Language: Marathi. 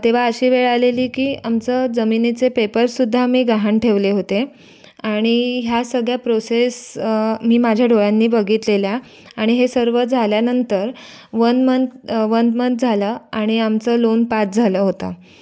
तेव्हा अशी वेळ आलेली की आमचं जमिनीचे पेपर्ससुद्धा आम्ही गहाण ठेवले होते आणि ह्या सगळ्या प्रोसेस मी माझ्या डोळ्यांनी बघितलेला आणि हे सर्व झाल्यानंतर वन मन्थ वन मन्थ झालं आणि आमचं लोन पास झालं होता